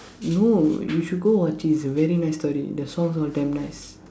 no you should go watch it's very nice story the songs all damn nice